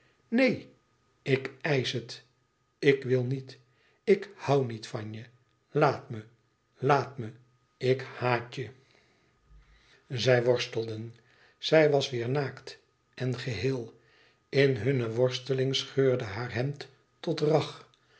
neen ik eisch het ik wil niet ik hoû niet van je laat me laat me ik hààt je zij worstelden zij was weêr naakt en geheel in hunne worsteling scheurde haar hemd tot rag